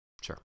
Sure